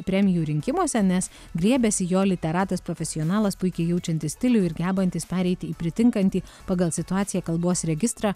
premijų rinkimuose nes griebiasi jo literatas profesionalas puikiai jaučiantis stilių ir gebantys pereiti į pritinkantį pagal situaciją kalbos registrą